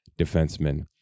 defensemen